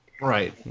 Right